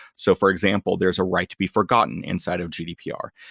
so for example, there is a right to be forgotten inside of gdpr.